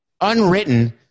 Unwritten